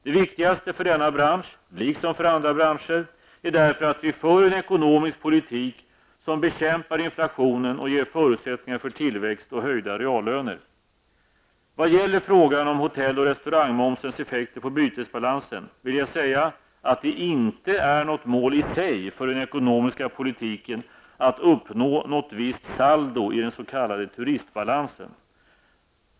Det viktigaste för denna bransch, liksom för andra branscher, är därför att vi för en ekonomisk politik som bekämpar inflationen och ger förutsättningar för tillväxt och höjda reallöner. Vad gäller frågan om hotell och restaurangmomsens effekter på bytesbalansen vill jag säga att det inte är något mål i sig för den ekonomiska politiken att uppnå något visst saldo i den s.k. turistbalansen.